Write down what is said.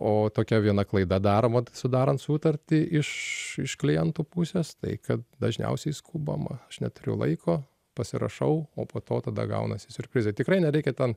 o tokia viena klaida daroma t sudarant sutartį iš iš klientų pusės tai kad dažniausiai skubama aš neturiu laiko pasirašau o po to tada gaunasi siurprizai tikrai nereikia ten